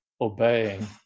obeying